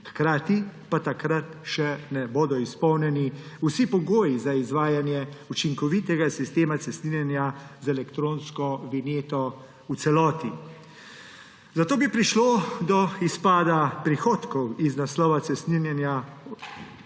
hkrati pa takrat še ne bodo izpolnjeni vsi pogoji za izvajanje učinkovitega sistema cestninjenja z elektronsko vinjeto v celoti. Zato bi prišlo do izpada prihodkov iz naslova cestninjenja